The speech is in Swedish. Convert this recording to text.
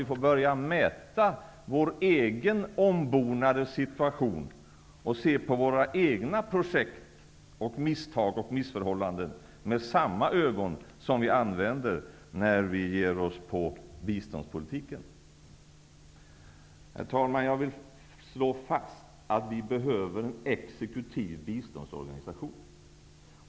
Vi får börja mäta vår egen ombonade situation och se på våra egna projekt, misstag och missförhållande med samma ögon som vi använder när vi ger oss på biståndspolitiken. Jag vill slå fast att vi behöver en exekutiv biståndsorganisation.